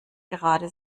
gerade